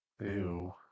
Ew